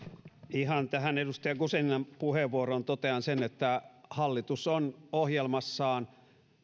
ihan tähän edustaja guzeninan puheenvuoroon totean sen että hallitus on ohjelmassaan